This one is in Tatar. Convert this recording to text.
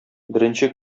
беренче